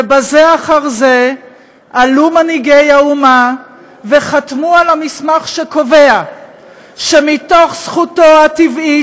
וזה אחר זה עלו מנהיגי האומה וחתמו על המסמך שקובע שמתוך זכותו הטבעית